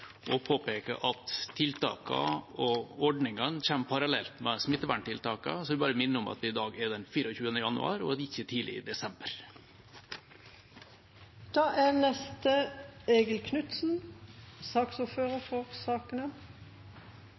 og ordningene kommer parallelt med smitteverntiltakene. Da vil jeg bare minne om at det i dag er den 24. januar, ikke tidlig i desember. Jeg vil også takke for